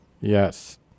Yes